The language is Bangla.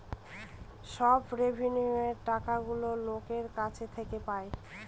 সব রেভিন্যুয়র টাকাগুলো লোকের কাছ থেকে পায়